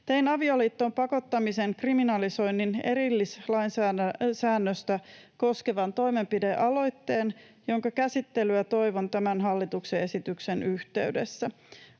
Tein avioliittoon pakottamisen kriminalisoinnin erillissäännöstä koskevan toimenpidealoitteen, jonka käsittelyä toivon tämän hallituksen esityksen yhteydessä.